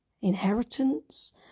inheritance